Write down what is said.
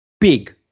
big